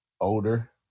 older